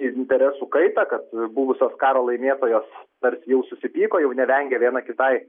interesų kaitą kad buvusios karo laimėtojos tarsi jau susipyko jau nevengia viena kitai